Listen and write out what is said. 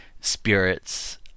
spirits